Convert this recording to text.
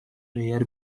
rear